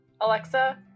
Alexa